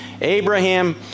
Abraham